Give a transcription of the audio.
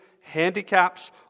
handicaps